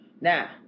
Now